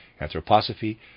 anthroposophy